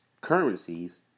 currencies